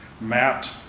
mapped